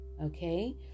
okay